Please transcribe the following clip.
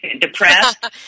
depressed